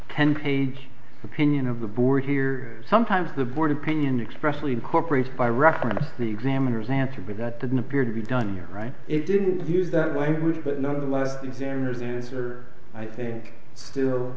ten page opinion of the board here sometimes the board opinion expressly incorporated by reference the examiners answer but that doesn't appear to be done you're right it didn't use that language but nonetheless examiners answer i think still